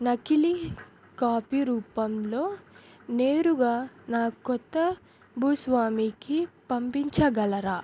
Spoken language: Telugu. నకిలి కాపీ రూపంలో నేరుగా నా కొత్త భూస్వామికి పంపించగలరా